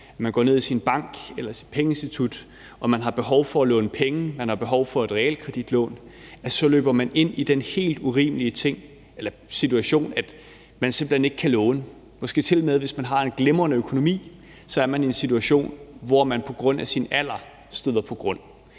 når man går ned i sin bank eller sit pengeinstitut og har behov for at låne penge, behov for et realkreditlån, løber ind i den helt urimelige situation, at man simpelt hen ikke kan låne. Man kan tilmed have en glimrende økonomi, og så er man i en situation, hvor man på grund af sin alder støder på grund.